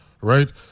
Right